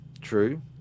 true